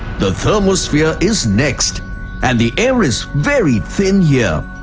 the thermosphere is next and the air is very thin yeah